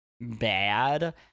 bad